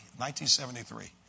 1973